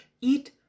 eat